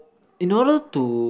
in order to